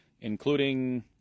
including